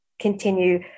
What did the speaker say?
continue